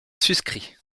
suscrit